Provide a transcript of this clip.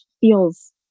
feels